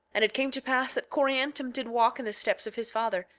and it came to pass that coriantum did walk in the steps of his father,